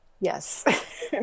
Yes